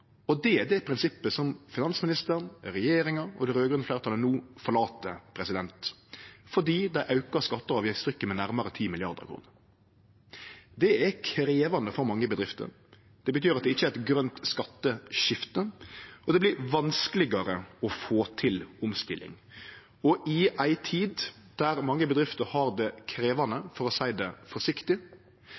Og det er det prinsippet som finansministeren, regjeringa og det raud-grøne fleirtalet no forlèt, fordi dei aukar skatte- og avgiftstrykket med nærmare 10 mrd. kr. Det er krevjande for mange bedrifter. Det betyr at det ikkje er eit grønt skatteskifte, og det vert vanskeligare å få til omstilling. I ei tid der mange bedrifter har det krevjande, for å seie det forsiktig,